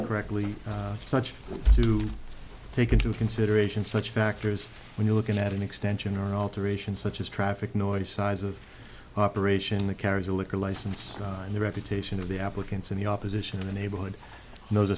it correctly such to take into consideration such factors when you look at an extension or an alteration such as traffic noise size of operation that carries a liquor license in the reputation of the applicants and the opposition in the neighborhood and those